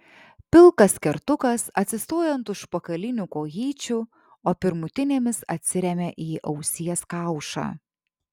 pilkas kertukas atsistoja ant užpakalinių kojyčių o pirmutinėmis atsiremia į ausies kaušą